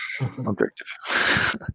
objective